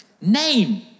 Name